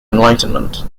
enlightenment